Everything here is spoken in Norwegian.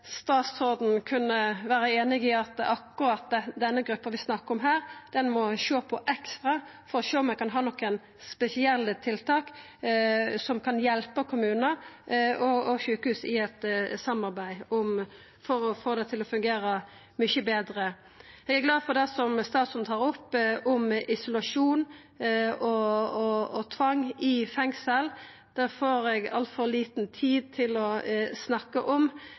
statsråden kunne vera einig i at akkurat denne gruppa vi snakkar om her, må vi sjå på ekstra – sjå om vi kan ha nokon spesielle tiltak som kan hjelpa kommunar og sjukehus i eit samarbeid, for å få det til å fungera mykje betre. Eg er glad for det som statsråden tar opp om isolasjon og tvang i fengsel. Det får eg altfor lita tid til å snakka om,